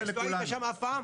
פה.